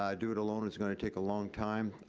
um do it alone, it's gonna take a long time.